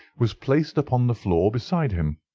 was placed upon the floor beside him.